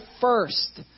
first